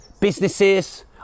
businesses